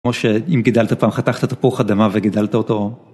כמו שאם גידלת פעם חתכת תפוח אדמה וגידלת אותו.